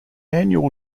annual